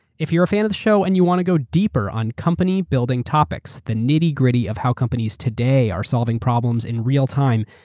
if you're a fan of the show and you want to go deeper on company-building topics, the nitty gritty of how companies today are solving problems in real time,